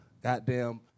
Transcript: Goddamn